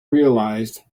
realized